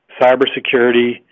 cybersecurity